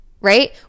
Right